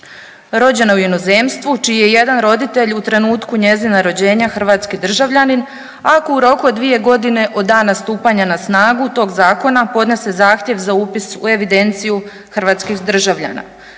rođena u inozemstvu, čiji je jedan roditelj u trenutku njezina rođenja hrvatski državljanin ako u roku od 2.g. od dana stupanja na snagu tog zakona podnese zahtjev za upis u evidenciju hrvatskih državljana,